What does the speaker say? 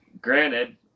granted